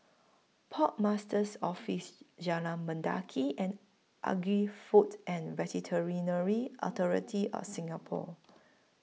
Port Master's Office Jalan Mendaki and Agri Food and Authority of Singapore